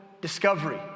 discovery